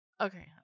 Okay